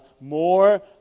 more